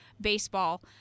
baseball